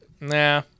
Nah